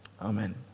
Amen